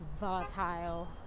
volatile